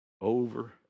over